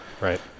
right